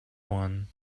one